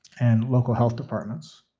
and local health departments.